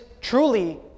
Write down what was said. truly